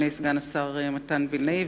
אדוני סגן השר מתן וילנאי,